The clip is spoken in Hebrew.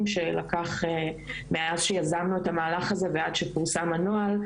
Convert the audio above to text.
שלקח מאז שיזמנו את המהלך הזה ועד שפורסם הנוהל.